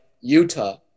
Utah